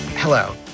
Hello